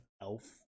elf